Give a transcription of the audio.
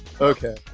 Okay